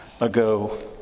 ago